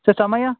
sir ಸಮಯ